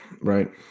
right